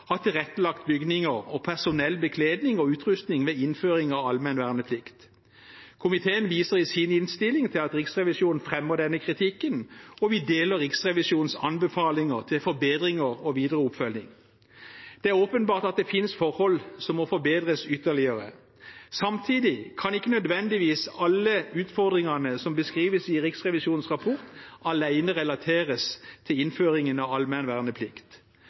har tilrettelagt bygninger og personlig bekledning og utrustning ved innføring av allmenn verneplikt. Komiteen viser i sin innstilling til at Riksrevisjonen fremmer denne kritikken, og vi deler Riksrevisjonens anbefalinger til forbedringer og videre oppfølging. Det er åpenbart at det finnes forhold som må forbedres ytterligere. Samtidig kan ikke nødvendigvis alle utfordringene som beskrives i Riksrevisjonens rapport, alene relateres til innføringen av